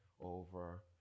over